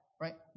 right